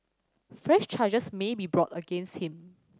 fresh charges may be brought against him